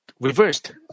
reversed